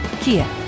Kia